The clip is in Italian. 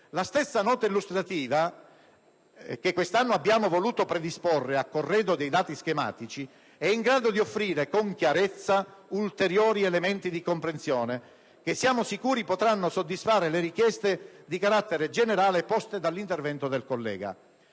La stessa nota illustrativa, che quest'anno abbiamo voluto predisporre a corredo dei dati schematici, è in grado di offrire con chiarezza ulteriori elementi di comprensione che, siamo sicuri, potranno soddisfare le richieste di carattere generale poste dall'intervento del collega.